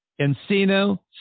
Encino